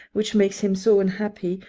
which makes him so unhappy,